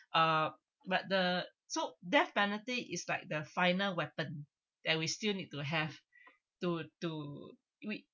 uh but the so death penalty is like the final weapon that we still need to have to to we